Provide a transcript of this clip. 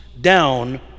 down